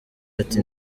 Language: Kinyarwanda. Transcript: ati